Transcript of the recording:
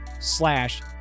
slash